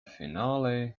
finale